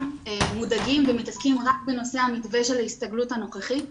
מודאגים ומתעסקים רק בנושא המתווה של ההסתגלות הנוכחית.